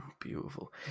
beautiful